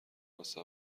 واسه